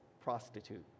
prostitute